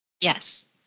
Yes